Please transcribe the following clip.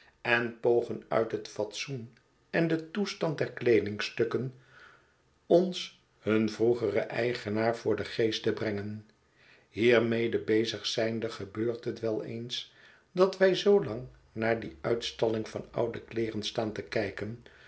en pogen uit het fatsoen en den toestand der kleedingstukken ons hun vroegeren eigenaar voor den geest te brengen hiermede bezig zijnde gebeurt het wel eens dat wij zoo lang naar die uitstalling van oude kleeren staan te kijken